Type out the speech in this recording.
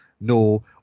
No